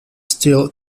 steel